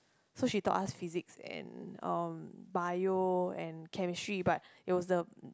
so she taught us Physics and um Bio and Chemistry but it was the